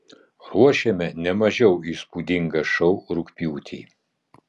ruošiame ne mažiau įspūdingą šou rugpjūtį